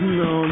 no